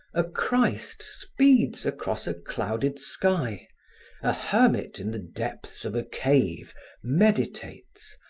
a christ speeds across a clouded sky a hermit in the depths of a cave meditates,